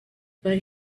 but